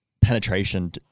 penetration